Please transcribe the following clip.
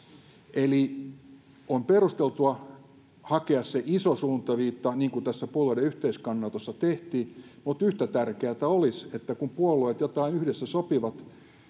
eli on perusteltua hakea iso suuntaviitta niin kuin tässä puolueiden yhteiskannanotossa tehtiin mutta yhtä tärkeää olisi että kun puolueet jotain yhdessä sopivat